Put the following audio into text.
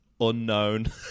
unknown